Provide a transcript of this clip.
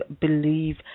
believe